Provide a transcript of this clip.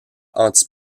anti